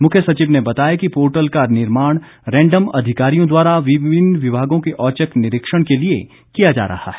मुख्य सचिव ने बताया कि पोर्टल का निर्माण रैंडम अधिकारियों द्वारा विभिन्न विभागों के औचक निरीक्षण के लिए किया जा रहा है